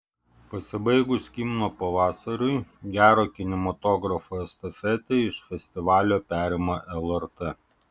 pasibaigus kino pavasariui gero kinematografo estafetę iš festivalio perima lrt